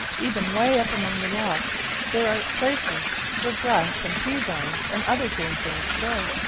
even way up among the rocks there are places where grass and peas-vines and other green things grow.